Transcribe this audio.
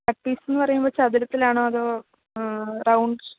cut പീസെന്നു പറയുമ്പോള് ചതുരത്തിലാണോ അതോ റൌണ്ട്